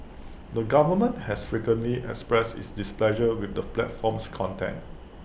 the government has frequently expressed its displeasure with the platform's content